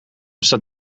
staat